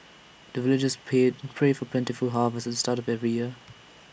the villagers paid pray for plentiful harvest at the start of every year